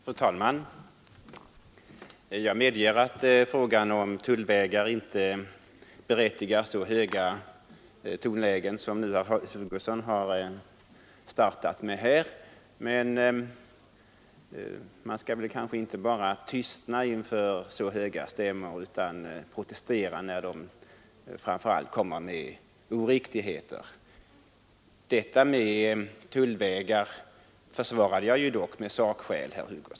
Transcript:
Fru talman! Jag medger att frågan om tullvägar inte gör det berättigat med så höga tonlägen som herr Hugosson har startat med här. Men man skall kanske inte bara tystna inför så höga stämmor utan protestera, framför allt när de kommer med oriktigheter. Förslaget om tullvägar försvarade jag dock med sakskäl, herr Hugosson.